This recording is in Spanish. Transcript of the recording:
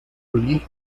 league